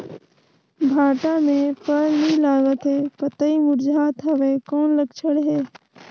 भांटा मे फल नी लागत हे पतई मुरझात हवय कौन लक्षण हे?